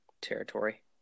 territory